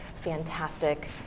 fantastic